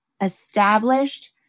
established